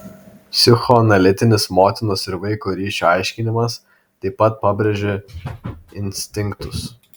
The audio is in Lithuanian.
psichoanalitinis motinos ir vaiko ryšio aiškinimas taip pat pabrėžia instinktus